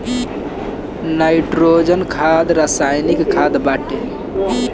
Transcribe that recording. nitrogen खाद रासायनिक खाद बाटे